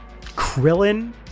Krillin